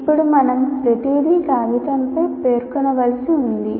ఇప్పుడు మనం ప్రతిదీ కాగితంపై పేర్కొనవలసి ఉంది